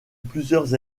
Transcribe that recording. plusieurs